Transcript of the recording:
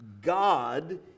God